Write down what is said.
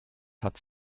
hat